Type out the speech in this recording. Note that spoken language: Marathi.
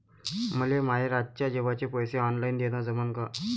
मले माये रातच्या जेवाचे पैसे ऑनलाईन देणं जमन का?